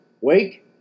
Wake